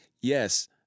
Yes